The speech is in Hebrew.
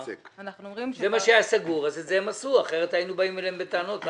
זה מה שהיה סגור ואת זה הם עשו כי אחרת היינו באים אליהם בטענות.